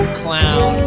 clown